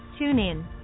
TuneIn